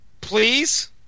Please